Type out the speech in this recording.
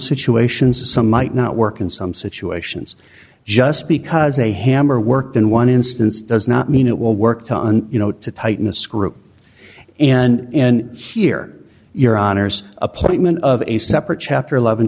situations some might not work in some situations just because a hammer worked in one instance does not mean it will work to you know to tighten a screw and hear your honour's appointment of a separate chapter eleven